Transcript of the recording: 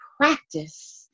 practice